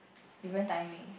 different timing